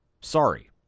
sorry